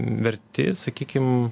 verti sakykim